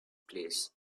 place